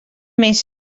més